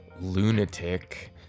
lunatic